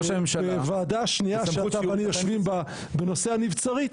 בוועדה השנייה שאתה ואני יושבים בה בנושא הנבצרות,